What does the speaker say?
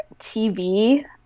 TV